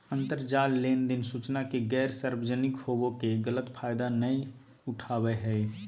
अंतरजाल लेनदेन सूचना के गैर सार्वजनिक होबो के गलत फायदा नयय उठाबैय हइ